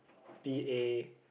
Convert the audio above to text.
P_A